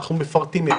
אנחנו מפרטים להם.